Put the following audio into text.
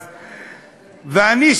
ואני,